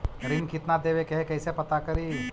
ऋण कितना देवे के है कैसे पता करी?